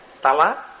Tala